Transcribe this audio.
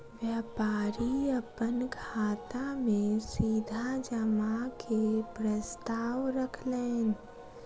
व्यापारी अपन खाता में सीधा जमा के प्रस्ताव रखलैन